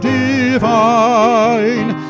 divine